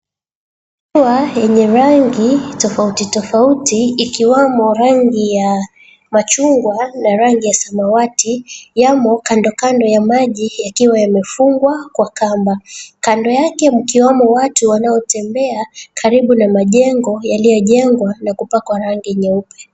Ua yenye rangi tofauti tofauti ikiwamo rangi ya machungwa na rangi ya samawati yamo kandokando ya maji ikiwa imefungwa kwa kamba. Kando yake , mkiwamo watu wanaotembea karibu na majengo yaliyojengwa na kupakwa rangi nyeupe.